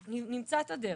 נמצא את הדרך.